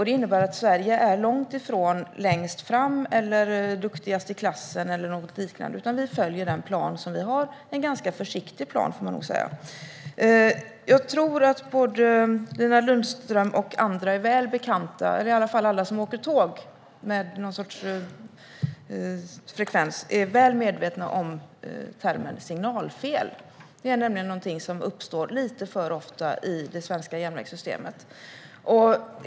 Det innebär att Sverige är långt ifrån längst fram eller duktigast i klassen, men vi följer den plan som vi har - en ganska försiktig plan, får man nog säga. Jag tror att Nina Lundström och alla som åker tåg med någon frekvens är väl medvetna om termen signalfel. Det är nämligen någonting som uppstår lite för ofta i det svenska järnvägssystemet.